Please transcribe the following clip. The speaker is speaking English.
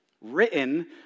written